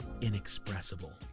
inexpressible